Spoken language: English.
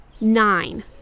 Nine